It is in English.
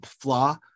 flaw